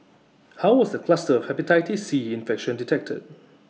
how was the cluster of Hepatitis C infection detected